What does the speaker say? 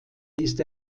ist